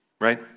right